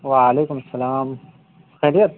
وعلیکم السلام خیریت